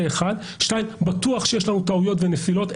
שנית, בטוח שיש לנו טעויות ונפילות.